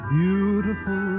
beautiful